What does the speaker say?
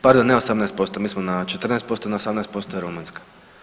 Pardon ne 18%, mi smo na 14%, na 18% je Rumunjska.